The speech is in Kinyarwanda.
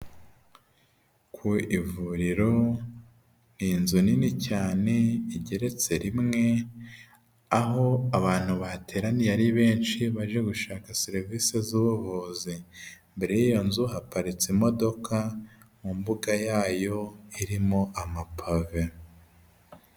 Ku ivuriro ni inzu nini cyane igeretse rimwe aho abantu bateraniye ari benshi baje gushaka serivisi z'ubuvuzi mbere y'iyo nzu haparitse imodoka mu mbuga yayo irimo amapave.